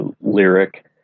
lyric